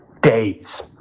days